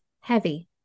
heavy